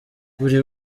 buri